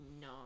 No